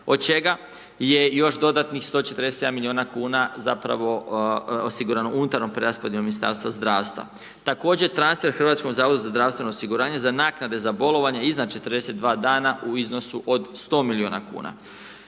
od čega je još dodatnih 147 milijuna kn, zapravo osigurano unutar preraspodijelim ministarstva zdravstva. Također transfer HZZO za naknade za bolovanje iznad 42 dana, u iznosu od 100 milijuna kn.